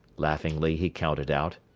laughingly he counted out.